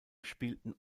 spielten